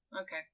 Okay